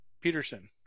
peterson